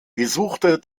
besuchte